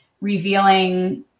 revealing